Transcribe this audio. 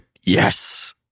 Yes